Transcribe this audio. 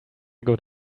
good